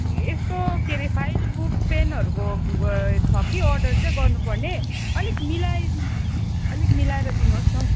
यस्तो के अरे फाइल बुक पेनहरूको छ कि अर्डर चाहिँ गर्नुपर्ने अलिक मिलाइदिन्छ कि अलिक मिलाएर दिनुहोस् न हौ